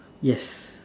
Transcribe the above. yes